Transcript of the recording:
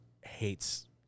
hates